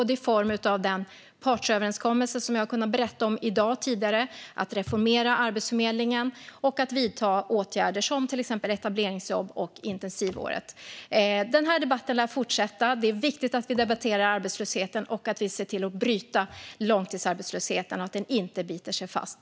Detta sker både genom den partsöverenskommelse som jag berättade om tidigare i dag och genom att reformera Arbetsförmedlingen och vidta åtgärder som etableringsjobb och intensivår. Denna debatt lär fortsätta. Det är viktigt att vi debatterar arbetslösheten och att vi ser till att bryta långtidsarbetslösheten så att den inte biter sig fast.